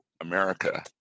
America